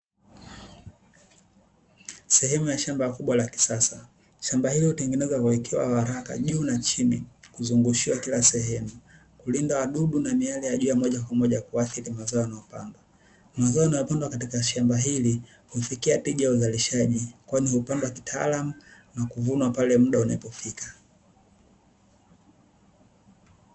Sehemu ya shamba kubwa la kisasa, shamba hili hutegenezewa na kuwekewa waraka juu na chini na kuzunguushiwa kila sehemu kulinda wadudu na miale ya jua moja kwa moja kuathiri mimea inayopandwa, mazao yanayopandwa katika shamba hili hufikia tija ya uzalishaji kwani hupandwa kitaalamu na kuvunwa pale Muda unapo fika